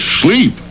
Sleep